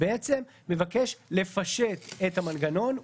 מבקש לפשט את המנגנון.